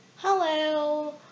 Hello